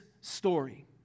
story